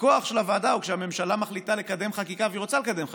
הכוח של הוועדה הוא כשהממשלה מחליטה לקדם חקיקה והיא רוצה לקדם חקיקה.